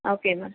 okay ma'am